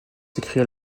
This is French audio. s’écria